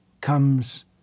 comes